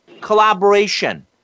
collaboration